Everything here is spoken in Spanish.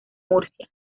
murcia